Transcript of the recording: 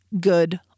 good